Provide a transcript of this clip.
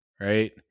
right